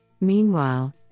Meanwhile